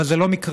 אבל זה לא מקרי,